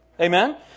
Amen